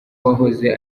wahoze